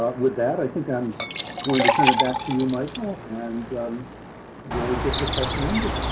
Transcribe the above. with that, i think i'm going to turn it back to you, michael, and we'll get the session ended.